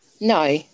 No